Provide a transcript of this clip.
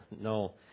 no